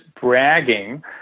bragging